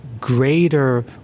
greater